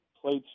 plates